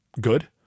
good